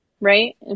right